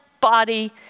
body